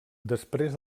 després